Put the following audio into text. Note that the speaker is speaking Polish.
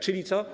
Czyli co?